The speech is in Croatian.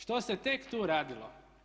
Što se tek tu radilo?